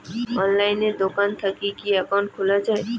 অনলাইনে দোকান থাকি কি একাউন্ট খুলা যায়?